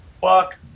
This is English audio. fuck